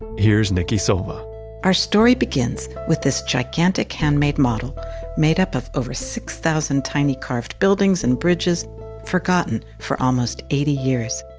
here's nikki silva our story begins with this gigantic handmade model made up of over six thousand tiny carved buildings and bridges forgotten for almost eighty years.